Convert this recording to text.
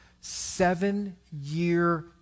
seven-year